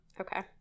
Okay